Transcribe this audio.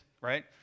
right